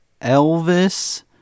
elvis